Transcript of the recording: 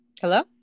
Hello